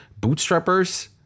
bootstrappers